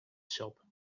shop